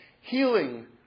healing